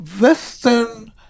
Western